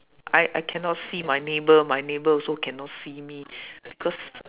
I I cannot see my neighbour my neighbour also cannot see me because